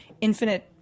infinite